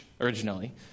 originally